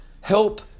help